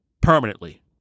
permanently